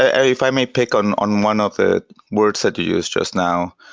ah ah if i may pick on on one of the words that you used just now,